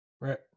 Right